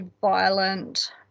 violent